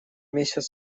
месяц